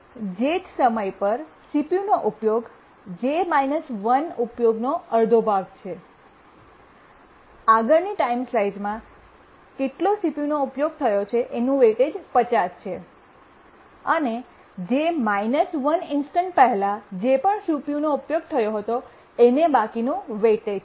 jth સમય પર CPUનો ઉપયોગ j 1ના ઉપયોગનો અડધો ભાગ છેઆગળની ટાઇમ સ્લાઈસમાં કેટલો CPU નો ઉપયોગ થયો છે એનું વેઇટેજ 50 છે અને j − 1 ઇન્સ્ટન્ટ પહેલાં જે પણ CPUનો ઉપયોગ થયો હતો એને બાકીનું વેઇટેજ છે